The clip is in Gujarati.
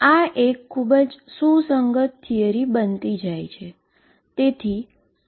આ એક ખૂબ જ સુસંગત થિયરી બનતી જાય છે